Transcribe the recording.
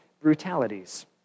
brutalities